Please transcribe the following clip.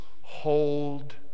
hold